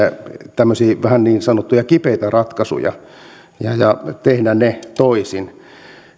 tämmöisiä vähän niin sanotusti kipeitä ratkaisuja ja ja tehdä ne toisin